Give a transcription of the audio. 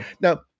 Now